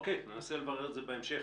ננסה לברר את זה בהמשך.